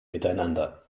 miteinander